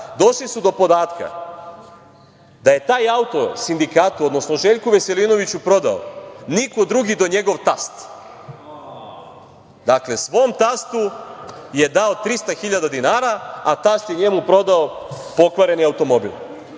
došli su do podataka da je taj auto sindikatu, odnosno Željku Veselinoviću prodao niko drugi do njegov tast. Dakle, svom tastu je dao 300 hiljada dinara, a tast je njemu prodao pokvareni automobil.